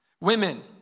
Women